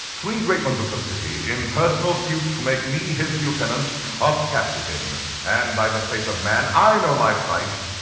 three great ones of the city in personal suit to make me his lieutenant off-capp'd to him and, by the faith of man i know my price,